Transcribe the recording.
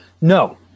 No